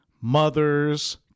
mothers